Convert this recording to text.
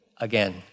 again